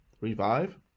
revive